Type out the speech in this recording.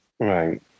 Right